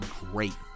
great